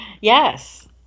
Yes